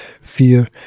Fear